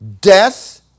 death